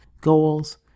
goals